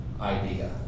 idea